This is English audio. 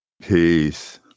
peace